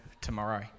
tomorrow